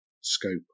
scope